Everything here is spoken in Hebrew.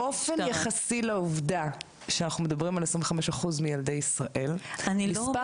באופן יחסי לעובדה שאנחנו מדברים על 25% מילדי ישראל מספר